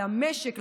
למשק,